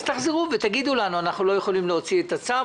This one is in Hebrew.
תחזרו ותגידו לנו: אנחנו לא יכולים להוציא את הצו,